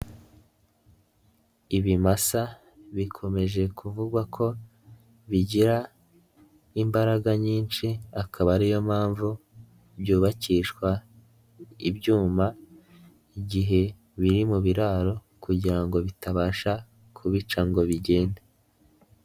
Ibimasa bikomeje kuvugwa ko bigira imbaraga nyinshi, akaba ariyo mpamvu byubakishwa ibyuma igihe biri mu biraro, kugira ngo bitabasha kubica ngo bigende.